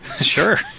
Sure